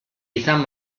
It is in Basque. izan